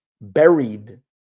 buried